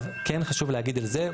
כן חשוב להגיד על זה,